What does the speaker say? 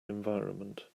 environment